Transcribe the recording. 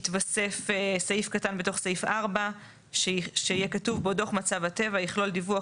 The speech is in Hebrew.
התווסף סעיף קטן בתוך סעיף 4 שיהיה כתוב בו: "דוח מצב הטבע יכלול דיווח